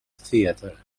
theatre